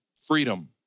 Freedom